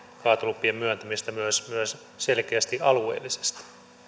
kaatolupien myöntämistä myös myös selkeästi alueellisesti